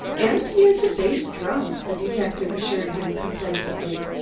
empty as a bass drum, the detective assured him complacently.